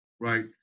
right